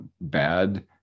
bad